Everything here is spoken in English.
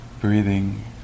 breathing